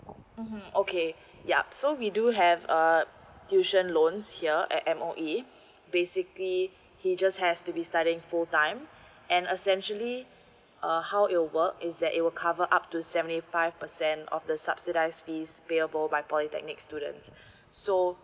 mm okay yup so we do have uh tuition loans here at M_O_E basically he just has to be studying full time and essentially uh how it'll work is that it will cover up to seventy five percent of the subsidise fees payable by polytechnic students so